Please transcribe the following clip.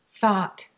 thought